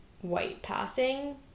white-passing